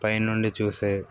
train నుండి చూసే